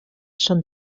són